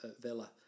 Villa